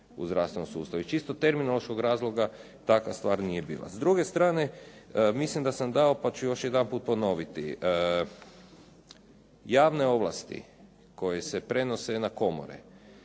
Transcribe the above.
u zdravstvenom sustavu. Iz čisto terminološkog razloga takva stvar nije bila. S druge strane, mislim da sam dao pa ću još jedanput ponoviti, javne ovlasti koje se prenose na komore